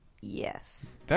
Yes